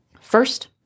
First